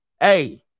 hey